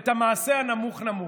ואת המעשה הנמוך-נמוך?